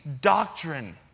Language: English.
doctrine